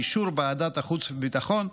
באישור ועדת החוץ והביטחון,